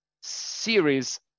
series